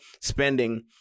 spending